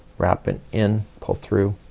wrap and in pull through,